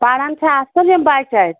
پرن چھا اَصٕل یِم بچہٕ اَتہِ